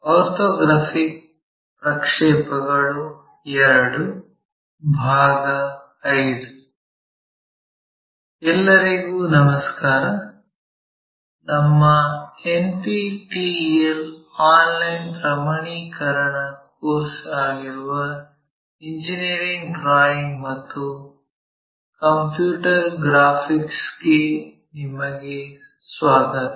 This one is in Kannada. ಆರ್ಥೋಗ್ರಾಫಿಕ್ ಪ್ರಕ್ಷೇಪಗಳು II ಭಾಗ - 5 ಎಲ್ಲರಿಗೂ ನಮಸ್ಕಾರ ನಮ್ಮ ಎನ್ಪಿಟಿಇಎಲ್ ಆನ್ಲೈನ್ ಪ್ರಮಾಣೀಕರಣ ಕೋರ್ಸ್ ಆಗಿರುವ ಇಂಜಿನಿಯರಿಂಗ್ ಡ್ರಾಯಿಂಗ್ ಮತ್ತು ಕಂಪ್ಯೂಟರ್ ಗ್ರಾಫಿಕ್ಸ್ ಗೆ ನಿಮಗೆ ಸ್ವಾಗತ